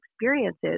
experiences